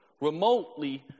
remotely